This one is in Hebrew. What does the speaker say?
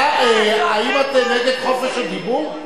האם את נגד חופש הדיבור?